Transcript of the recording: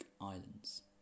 islands